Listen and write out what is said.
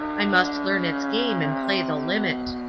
i must learn its game and play the limit.